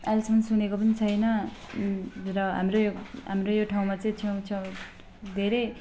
अहिलेसम्म सुनेको पनि छैन र हाम्रो यो हाम्रो यो ठाउँमा चाहिँ छेउछाउ धेरै